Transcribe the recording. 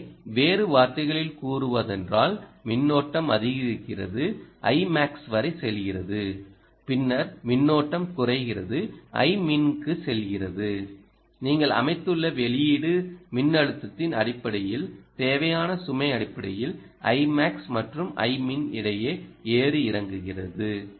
எனவே வேறு வார்த்தைகளில் கூறுவதானால் மின்னோட்டம் அதிகரிக்கிறது Imax வரை செல்கிறது பின்னர் மின்னோட்டம் குறைகிறது Imin க்குச் செல்கிறது நீங்கள் அமைத்துள்ள வெளியீடு மின்னழுத்தத்தின் அடிப்படையில் தேவையான சுமை அடிப்படையில் Imax மற்றும் Imin இடையே ஏறி இறங்குகிறது